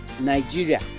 Nigeria